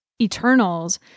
Eternals